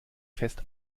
fest